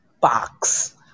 box